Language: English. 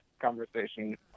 conversation